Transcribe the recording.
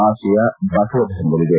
ಆಶಯ ಬಸವ ಧರ್ಮದಲ್ಲಿದೆ